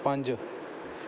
ਪੰਜ